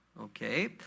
okay